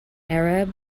arab